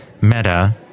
Meta